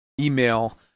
email